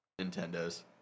Nintendo's